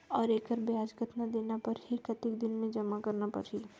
और एकर ब्याज कतना देना परही कतेक दिन मे जमा करना परही??